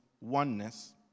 oneness